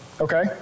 okay